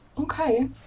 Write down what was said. Okay